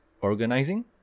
organizing